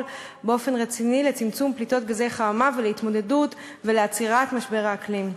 באופן רציני לצמצום פליטות גזי חממה ולהתמודדות ולעצירת משבר האקלים.